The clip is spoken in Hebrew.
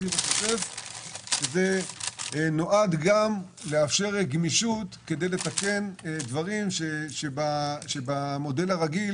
זה נועד גם לאפשר גמישות כדי לתקן דברים שבמודל הרגיל